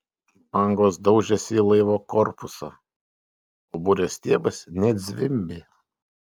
bangos daužėsi į laivo korpusą o burės stiebas net zvimbė